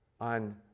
on